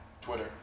Twitter